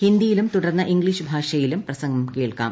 ഹിന്ദിയിലും തുടർന്ന് ഇംഗ്ലീഷ് ഭാഷയിലും പ്രസംഗം കേൾക്കാം